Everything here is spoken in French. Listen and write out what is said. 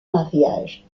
mariages